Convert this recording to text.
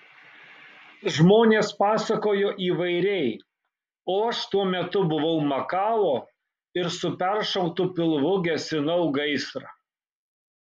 žmonės pasakojo įvairiai o aš tuo metu buvau makao ir su peršautu pilvu gesinau gaisrą